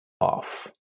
off